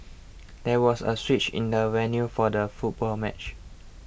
there was a switch in the venue for the football match